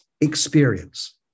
experience